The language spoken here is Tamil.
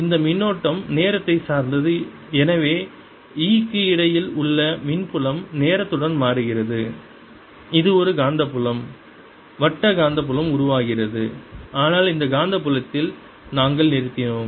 இந்த மின்னோட்டம் நேரத்தை சார்ந்தது எனவே E க்கு இடையில் உள்ள மின் புலம் நேரத்துடன் மாறுகிறது இது ஒரு காந்தப்புலம் வட்ட காந்தப்புலம் உருவாகிறது ஆனால் அந்த காந்தப்புலத்தில் நாங்கள் நிறுத்தினோம்